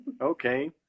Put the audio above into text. Okay